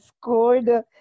scored